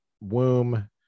womb